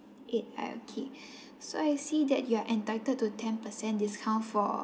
eight alright K so I see that you are entitled to ten percent discount for